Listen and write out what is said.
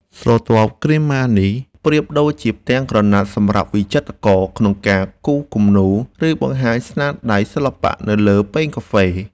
ស្រទាប់គ្រីម៉ានេះប្រៀបដូចជាផ្ទាំងក្រណាត់សម្រាប់វិចិត្រករក្នុងការគូរគំនូរ ឬបង្ហាញស្នាដៃសិល្បៈនៅលើពែងកាហ្វេ។